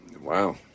wow